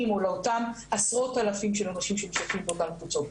או לאותם עשרות אלפים של אנשים שמשתתפים באותן קבוצות.